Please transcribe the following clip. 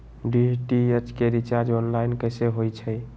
DTH के recharge online कैसे होईछई?